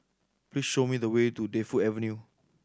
please show me the way to Defu Avenue